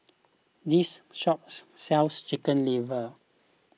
this shop sells Chicken Liver